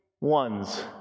ones